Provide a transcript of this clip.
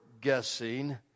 guessing